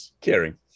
caring